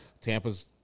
Tampa's